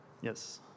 Yes